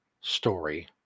story